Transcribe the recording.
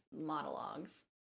monologues